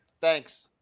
Thanks